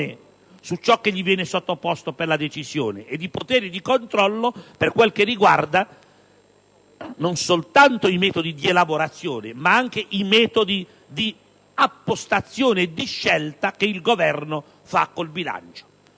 su ciò che gli viene sottoposto per la decisione e dei poteri di controllo per quanto riguarda non soltanto i criteri di elaborazione ma anche i metodi di appostazione e di scelta che il Governo fa con il bilancio.